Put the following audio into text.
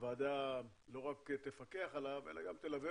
הוועדה לא רק תפקח עליו אלא גם תלווה